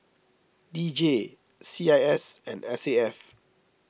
D J C I S and S A F